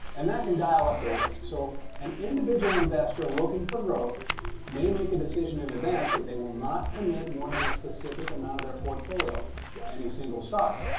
and that can dial up the risk. so an individual investor looking for growth may make a decision in advance that they will not commit more than a specific amount of their portfolio to any single stock.